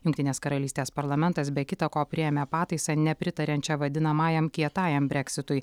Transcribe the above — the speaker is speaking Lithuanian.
jungtinės karalystės parlamentas be kita ko priėmė pataisą nepritariančią vadinamajam kietajam breksitui